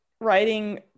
writing